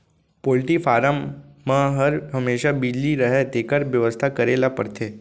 poultry farm म हर हमेसा बिजली रहय तेकर बेवस्था करे ल परथे